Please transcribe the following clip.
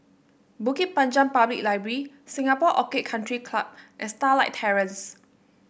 Bukit Panjang Public Library Singapore Orchid Country Club and Starlight Terrace